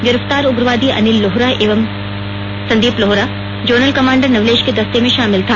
गिरफ्तार उग्रवादी अनिल लोहरा उर्फ संदीप लोहरा जोनल कमांडर नवलेश के दस्ते में शामिल था